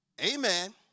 Amen